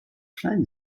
klein